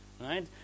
Right